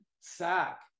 sack